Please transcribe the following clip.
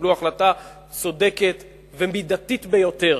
קיבלו החלטה צודקת ומידתית ביותר